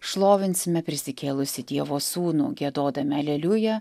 šlovinsime prisikėlusį dievo sūnų giedodami aleliuja